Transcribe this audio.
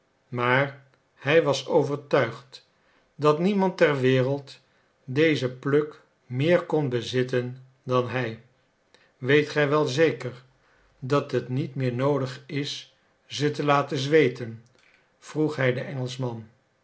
maar hij was overtuigd dat niemand ter wereld dezen pluck meer kon bezitten dan hij weet gij wel zeker dat het niet meer noodig is ze te laten zweeten vroeg hij den engelschman